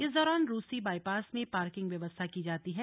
इस दौरान रूसी बाईपास में पार्किंग व्यवस्था की जाती है